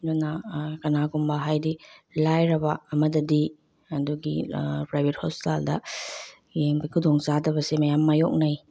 ꯑꯗꯨꯅ ꯀꯅꯥꯒꯨꯝꯕ ꯍꯥꯏꯗꯤ ꯂꯥꯏꯔꯕ ꯑꯃꯗꯗꯤ ꯑꯗꯨꯒꯤ ꯄ꯭ꯔꯥꯏꯚꯦꯠ ꯍꯣꯁꯄꯤꯇꯥꯜꯗ ꯌꯦꯡꯕꯒꯤ ꯈꯨꯗꯣꯡ ꯆꯥꯗꯕꯁꯦ ꯃꯌꯥꯝ ꯃꯥꯏꯌꯣꯛꯅꯩ